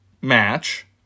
match